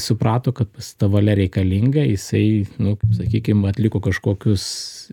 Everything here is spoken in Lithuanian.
suprato kad ta valia reikalinga jisai nu sakykim atliko kažkokius